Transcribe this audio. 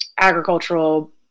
agricultural